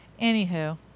Anywho